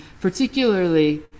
particularly